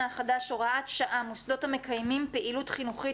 החדש (הוראת שעה)(מוסדות המקיימים פעילות חינוך),